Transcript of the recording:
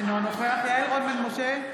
אינו נוכח יעל רון בן משה,